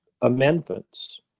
amendments